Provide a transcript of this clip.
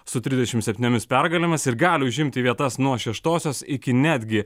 su trisdešim septyniomis pergalėmis ir gali užimti vietas nuo šeštosios iki netgi